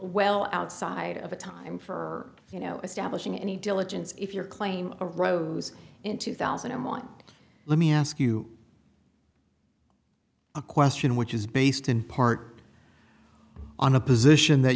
well outside of a time for you know establishing any diligence if your claim a rose in two thousand and one let me ask you a question which is based in part on a position that